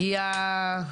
הגיע,